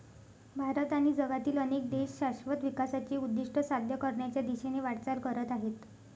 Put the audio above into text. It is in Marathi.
भारत आणि जगातील अनेक देश शाश्वत विकासाचे उद्दिष्ट साध्य करण्याच्या दिशेने वाटचाल करत आहेत